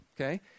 okay